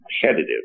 competitive